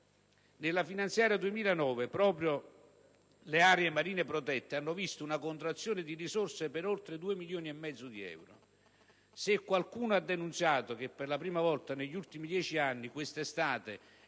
Nella finanziaria 2009 proprio le aree marine protette hanno visto una contrazione di risorse per oltre 2,5 milioni di euro. Se qualcuno ha denunciato che per la prima volta negli ultimi dieci anni questa estate